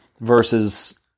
versus